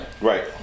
Right